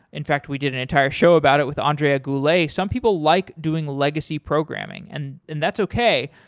in fact, we did an entire show about it with andrea goulet. some people like doing legacy programming and and that's okay,